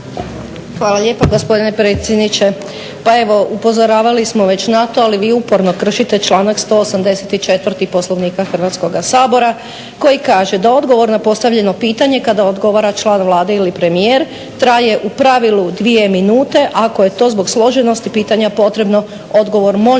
Hvala lijepa gospodine predsjedniče. Pa evo upozoravali smo već na to, ali vi uporno kršite članak 184. Poslovnika Hrvatskoga sabora koji kaže da odgovor na postavljeno pitanje kada odgovara član Vlade ili premijer traje u pravilu dvije minute ako je to zbog složenosti pitanja potrebno odgovor može